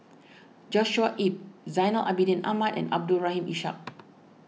Joshua Ip Zainal Abidin Ahmad and Abdul Rahim Ishak